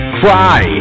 cry